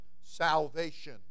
salvation